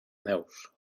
neus